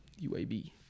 UAB